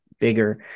bigger